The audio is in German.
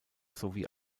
sowie